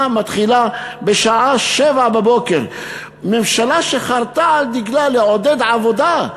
מתחילה בשעה 07:00. ממשלה שחרתה על דגלה לעודד עבודה.